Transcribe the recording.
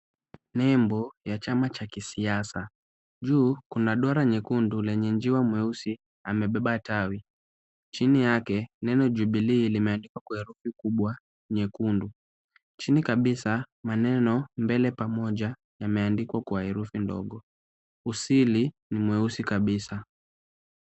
Nembo ya chama cha kisiasa. Juu kuna duara jekundu lenye njiwa mweusi amebeba tawi. Chini yake neno Jubilee limeandikwa kwa herufi kubwa nyekundu. Chini kabisa maneno mbele pamoja yameandikwa kwa herufi ndogo. Usili ni mweusi kabisa.